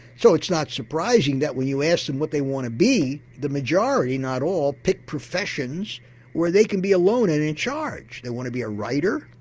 so it's not surprising that when you asked them what they want to be the majority, not all, picked professions where they can be alone and in charge. they want to be a writer,